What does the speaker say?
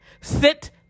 Sit